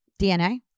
DNA